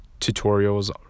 tutorials